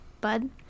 Bud